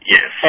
Yes